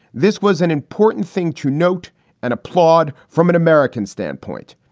this was an important thing to note and applaud from an american standpoint,